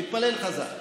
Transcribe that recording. נתפלל חזק.